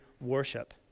worship